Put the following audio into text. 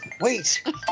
Wait